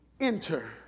enter